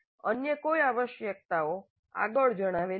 અન્ય કોઈ આવશ્યકતાઓ આગળ જણાવેલ નથી